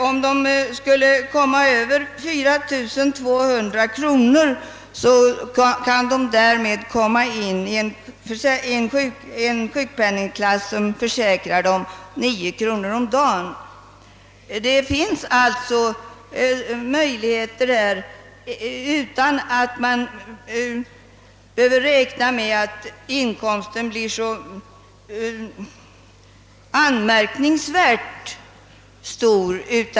Om deras inkomst översteg 4200 kronor kunde de hamna i en sjukpenningklass, som försäkrade dem 9 kronor om dagen. Det finns alltså goda möjligheter för dem, ulan att man behöver räkna med att inkomsten måste bli så anmärkningsvärt stor.